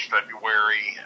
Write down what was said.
February